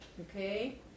okay